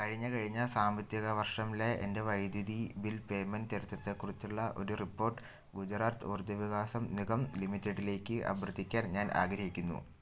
കഴിഞ്ഞ കഴിഞ്ഞ സാമ്പത്തിക വർഷത്തിലെ എൻ്റെ വൈദ്യുതി ബിൽ പേയ്മെൻ്റ് ചരിത്രത്തെക്കുറിച്ചുള്ള ഒരു റിപ്പോർട്ട് ഗുജറാത്ത് ഊർജവികാസം നിഗം ലിമിറ്റഡിലേക്ക് അഭ്യർത്ഥിക്കാൻ ഞാൻ ആഗ്രഹിക്കുന്നു